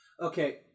Okay